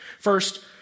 First